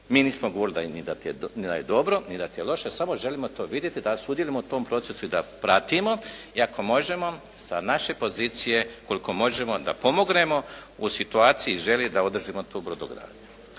Mi nismo govorili da je dobro ni da ti je loše, samo želimo to vidjeti, da sudjelujemo u tom procesu i da pratimo i ako možemo sa naše pozicije koliko možemo da pomognemo u situaciji želje da održimo tu brodogradnju.